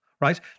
right